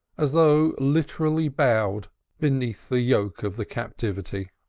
as though literally bowed beneath the yoke of the captivity.